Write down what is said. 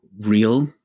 real